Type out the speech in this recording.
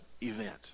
event